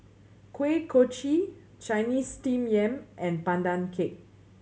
Kuih Kochi Chinese Steamed Yam and Pandan Cake